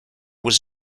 was